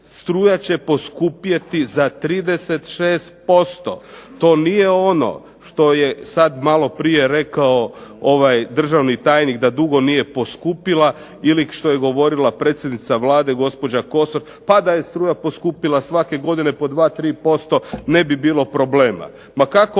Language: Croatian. struja će poskupjeti za 36%, to nije ono što je sad maloprije rekao državni tajnik da dugo nije poskupila ili što je govorila predsjednica Vlade, gospođa Kosor. Pa da je struja poskupila svake godine po 2, 3% ne bi bilo problema. Ma kako,